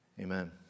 Amen